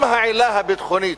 גם העילה הביטחונית,